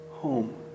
Home